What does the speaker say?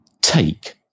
take